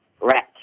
rat